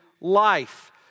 life